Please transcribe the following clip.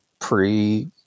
pre